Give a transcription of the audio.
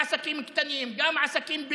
גם עסקים קטנים,